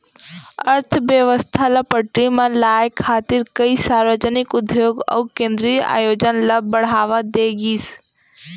अर्थबेवस्था ल पटरी म लाए खातिर कइ सार्वजनिक उद्योग अउ केंद्रीय आयोजन ल बड़हावा दे गिस